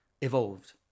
evolved